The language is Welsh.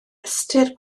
ystyr